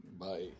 Bye